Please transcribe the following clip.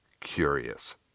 curious